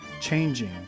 changing